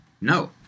No